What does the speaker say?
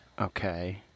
okay